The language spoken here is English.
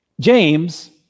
James